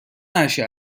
عرشه